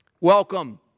welcome